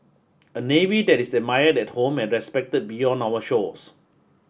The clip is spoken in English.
a navy that is admired at home and respected beyond our shores